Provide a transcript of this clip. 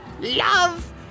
Love